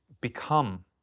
become